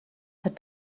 had